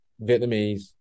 Vietnamese